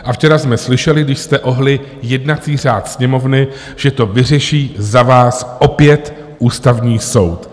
A včera jsme slyšeli, když jste ohnuli jednací řád Sněmovny, že to vyřeší za vás opět Ústavní soud.